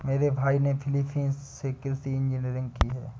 मेरे भाई ने फिलीपींस से कृषि इंजीनियरिंग की है